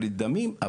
ברית דמים,